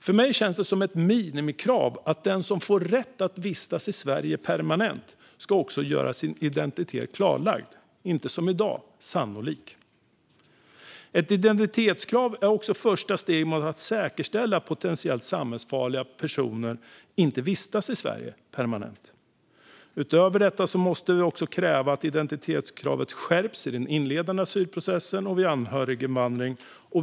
För mig känns det som ett minimikrav att den som får rätt att vistas i Sverige permanent också måste göra sin identitet klar och inte enbart sannolik som i dag. Ett identitetskrav är ett första steg mot att säkerställa att potentiellt samhällsfarliga personer inte vistas i Sverige permanent. Utöver detta krävs att identitetskravet skärps redan i den inledande asylprocessen och vid anhöriginvandring.